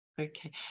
Okay